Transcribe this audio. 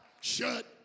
Shut